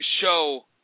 show